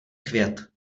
chvět